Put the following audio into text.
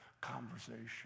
conversation